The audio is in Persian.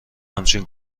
همچنین